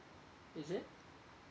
is it